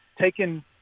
taken